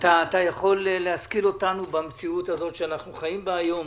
אתה יכול להשכיל אותנו במציאות שאנחנו חיים בה היום?